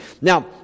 Now